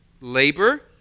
labor